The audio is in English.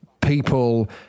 People